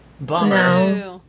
Bummer